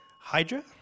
Hydra